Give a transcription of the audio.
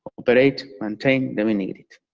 operate, maintain the mini-grid.